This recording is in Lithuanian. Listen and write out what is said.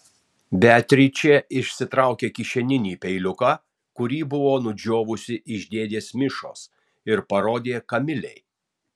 beatričė išsitraukė kišeninį peiliuką kurį buvo nudžiovusi iš dėdės mišos ir parodė kamilei